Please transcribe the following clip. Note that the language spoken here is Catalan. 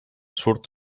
surt